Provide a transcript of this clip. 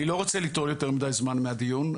אני לא רוצה ליטול יותר מידי זמן מהדיון,